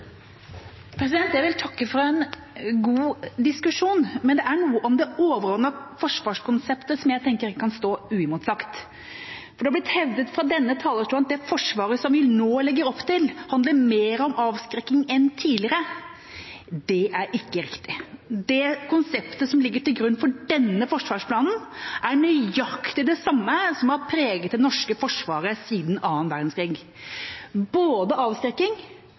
noe om det overordnede forsvarskonseptet som jeg tenker ikke kan stå uimotsagt. For det er blitt hevdet fra denne talerstolen at det forsvaret som vi nå legger opp til, handler mer om avskrekking enn tidligere. Det er ikke riktig. Det konseptet som ligger til grunn for denne forsvarsplanen, er nøyaktig det samme som har preget det norske forsvaret siden annen verdenskrig – både avskrekking